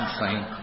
Insane